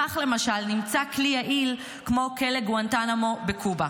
כך, למשל, נמצא כלי יעיל כמו כלא גואנטנמו בקובה.